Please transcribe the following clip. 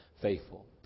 faithful